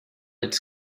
its